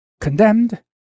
Condemned